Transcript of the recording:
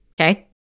okay